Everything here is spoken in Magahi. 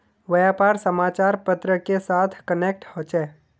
व्यापार समाचार पत्र के साथ कनेक्ट होचे?